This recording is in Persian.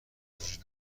وجود